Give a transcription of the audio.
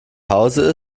hause